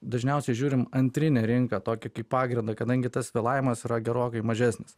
dažniausiai žiūrim antrinę rinką tokią kaip pagrindą kadangi tas vėlavimas yra gerokai mažesnis